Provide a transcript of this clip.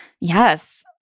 Yes